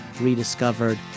rediscovered